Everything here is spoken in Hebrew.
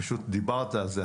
פשוט דיברת על זה,